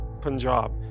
Punjab